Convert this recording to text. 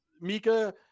Mika